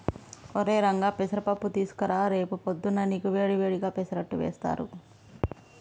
ఒరై రంగా పెసర పప్పు తీసుకురా రేపు పొద్దున్నా నీకు వేడి వేడిగా పెసరట్టు వేస్తారు